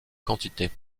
quantités